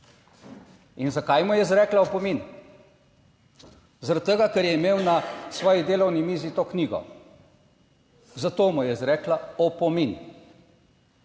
In zakaj mu je izrekla opomin? Zaradi tega, ker je imel na svoji delovni mizi to knjigo, zato mu je izrekla opomin.